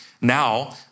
Now